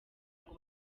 ngo